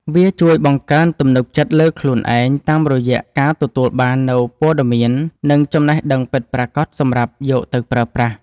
វាជួយបង្កើនទំនុកចិត្តលើខ្លួនឯង តាមរយៈការទទួលបាននូវព័ត៌មាន និងចំណេះដឹងពិតប្រាកដសម្រាប់យកទៅប្រើប្រាស់។